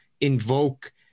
invoke